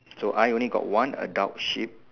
so I only got one adult sheep